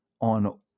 on